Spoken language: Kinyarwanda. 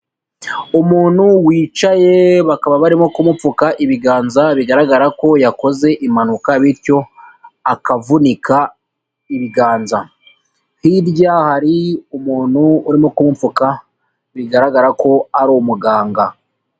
Umuntu wicaye bakaba barimo kumupfuka ibiganza bigaragara ko yakoze impanuka bityo akavunika ibiganza. Hirya hari umuntu urimo kumupfuka, bigaragara ko ari umuganga.